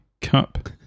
Cup